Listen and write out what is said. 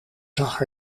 zag